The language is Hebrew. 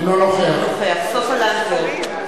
אינו נוכח סופה לנדבר,